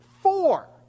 four